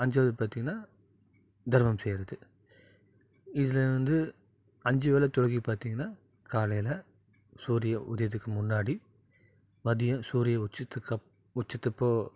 அஞ்சாவது பார்த்திங்கன்னா தர்மம் செய்யறது இதில் வந்து அஞ்சு வேளை தொழுகி பார்த்திங்கன்னா காலையில் சூரிய உதயத்துக்கு முன்னாடி மதியம் சூரிய உச்சத்துக்கு அப் உச்சத்தப்போ